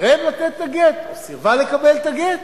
סירב לתת את הגט או סירבה לקבל את הגט,